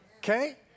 Okay